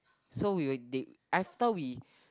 so we were they after we